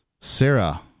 Sarah